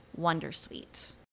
wondersuite